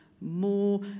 more